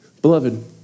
Beloved